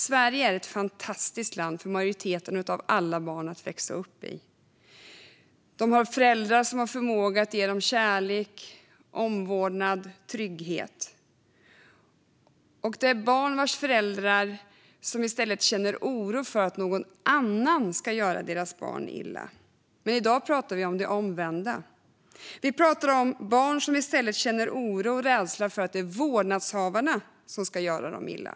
Sverige är ett fantastiskt land att växa upp i för majoriteten av alla barn. De har föräldrar med förmåga att ge dem kärlek, omvårdnad och trygghet. Det är barn vars föräldrar känner oro för att någon annan ska göra deras barn illa. I dag pratar vi om det omvända. Vi pratar om barn som i stället känner oro och rädsla för att det är vårdnadshavarna som ska göra dem illa.